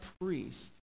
priest